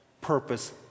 purpose